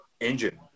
engine